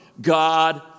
God